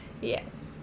Yes